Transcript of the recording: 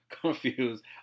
Confused